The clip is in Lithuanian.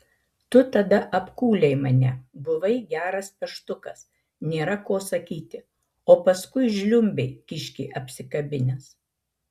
tu tada apkūlei mane buvai geras peštukas nėra ko sakyti o paskui žliumbei kiškį apsikabinęs